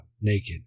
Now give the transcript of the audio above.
naked